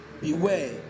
beware